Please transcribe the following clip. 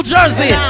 Jersey